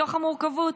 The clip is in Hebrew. מתוך המורכבות,